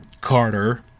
Carter